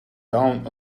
down